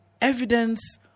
evidence